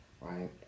Right